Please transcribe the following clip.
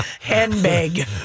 handbag